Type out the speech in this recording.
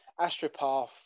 astropath